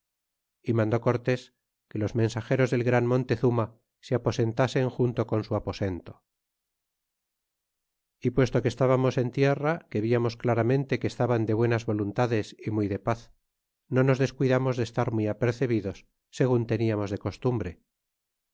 y mandó cortés que los mensageros del gran montezuma se aposentamos junto con su aposento y puesto que estábamos en tierra que viamos claramente que estaban de buenas voluntades y muy de paz no nos descuidamos de estar muy apercebidos segun teníamos de costumbre